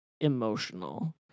emotional